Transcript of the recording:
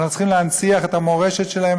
אנחנו צריכים להנציח את המורשת שלהם,